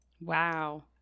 Wow